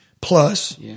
plus